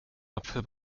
apfel